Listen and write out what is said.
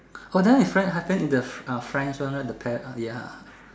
oh that one in French happen in the uh French one right the Par~ uh ya